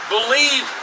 believe